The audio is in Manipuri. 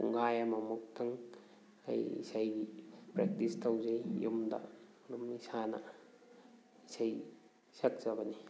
ꯄꯨꯡꯈꯥꯏ ꯑꯃꯃꯨꯛꯇꯪ ꯑꯩ ꯏꯁꯩꯒꯤ ꯄ꯭ꯔꯦꯛꯇꯤꯁ ꯇꯧꯖꯩ ꯌꯨꯝꯗ ꯑꯗꯨꯝ ꯏꯁꯥꯅ ꯏꯁꯩ ꯁꯛꯆꯕꯅꯤ